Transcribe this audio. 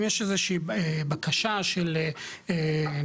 אם יש איזושהי בקשה של דייר,